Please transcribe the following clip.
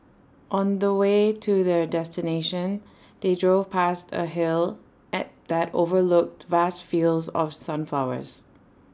on the way to their destination they drove pasted A hill at that overlooked vast fields of sunflowers